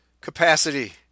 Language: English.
capacity